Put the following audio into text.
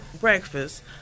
breakfast—